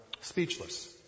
speechless